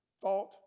thought